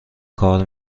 کار